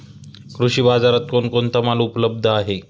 कृषी बाजारात कोण कोणता माल उपलब्ध आहे?